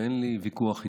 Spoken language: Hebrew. אין לי ויכוח איתך.